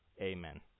Amen